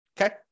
Okay